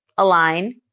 Align